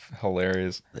hilarious